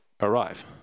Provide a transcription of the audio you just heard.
arrive